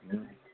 అ